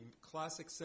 classic